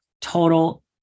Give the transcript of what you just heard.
total